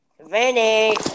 Vinny